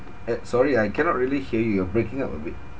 ed sorry I cannot really hear you you're breaking up a bit